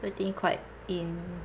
so I think quite in~